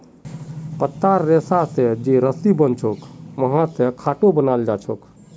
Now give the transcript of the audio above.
पत्तार रेशा स जे रस्सी बनछेक वहा स खाटो बनाल जाछेक